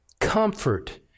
comfort